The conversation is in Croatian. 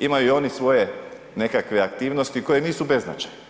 imaju i oni svoje nekakve aktivnosti koje nisu beznačajne.